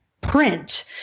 Print